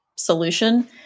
solution